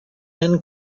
men